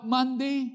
Monday